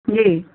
जी